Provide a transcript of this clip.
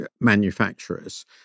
manufacturers